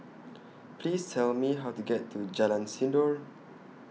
Please Tell Me How to get to Jalan Sindor